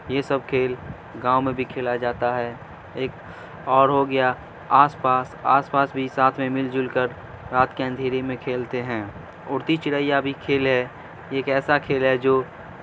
یہ سب کھیل گاؤں میں بھی کھیلا جاتا ہے ایک اور ہو گیا آس پاس آس پاس بھی ساتھ میں مل جل کر رات کے اندھیرے میں کھیلتے ہیں اڑتی چڑیا بھی کھیل ہے ایک ایسا کھیل ہے جو